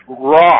rock